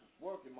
Working